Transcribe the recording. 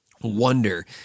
wonder